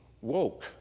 woke